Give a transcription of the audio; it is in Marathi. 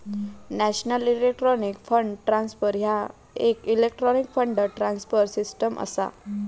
नॅशनल इलेक्ट्रॉनिक फंड ट्रान्सफर ह्या येक इलेक्ट्रॉनिक फंड ट्रान्सफर सिस्टम असा